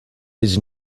his